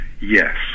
yes